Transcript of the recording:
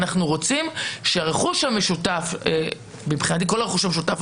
אנחנו רוצים שהרכוש המשותף מבחינתי כל הרכוש המשותף,